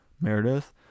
Meredith